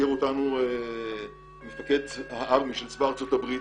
ביקר אותנו מפקד הארמייה של ארצות הברית